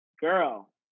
girl